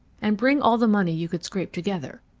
and bring all the money you could scrape together.